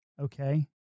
okay